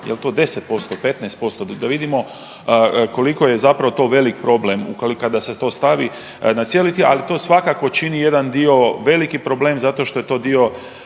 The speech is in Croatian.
jel' to 10%, 15%? Da vidimo koliko je zapravo to velik problem kada se to stavi na cijeli, ali to svakako čini jedan dio veliki problem zato što je to dio